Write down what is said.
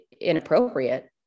inappropriate